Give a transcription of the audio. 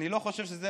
אני לא חושב שזה